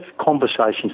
conversations